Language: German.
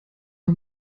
man